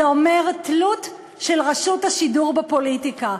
זה אומר תלות של רשות השידור בפוליטיקה,